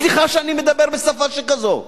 סליחה שאני מדבר בשפה שכזאת.